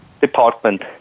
department